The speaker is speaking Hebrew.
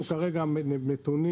זה בגלל המע"מ.